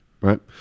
right